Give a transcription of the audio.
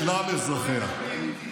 רק יהודית.